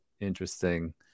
interesting